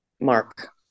Mark